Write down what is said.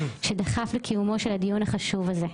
שדחף לקיומו של הדיון החשוב הזה.